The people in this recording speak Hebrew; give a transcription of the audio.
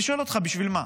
אני שואל אותך, בשביל מה?